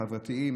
החברתיים,